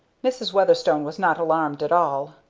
mrs. weatherstone was not alarmed at all.